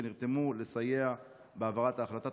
שנרתמו לסייע בהעברת ההחלטה.